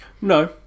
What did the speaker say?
No